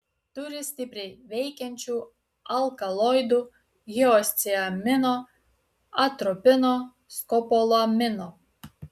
turi stipriai veikiančių alkaloidų hiosciamino atropino skopolamino